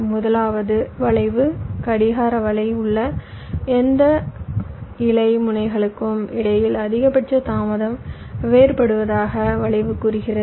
முதலாவது வளைவு கடிகார வலை உள்ள எந்த இலை முனைகளுக்கும் இடையில் அதிகபட்ச தாமதம் வேறுபடுவதாக வளைவு கூறுகிறது